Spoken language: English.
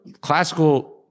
classical